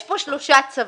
יש כאן שלושה צווים.